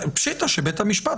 פשיטא שבית המשפט,